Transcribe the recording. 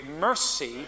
mercy